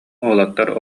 уолаттар